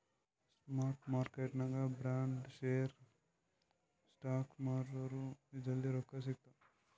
spot ಮಾರ್ಕೆಟ್ನಾಗ್ bond, share, stocks ಮಾರುರ್ ಜಲ್ದಿ ರೊಕ್ಕಾ ಸಿಗ್ತಾವ್